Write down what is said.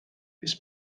this